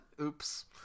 Oops